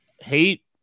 hate